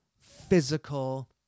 physical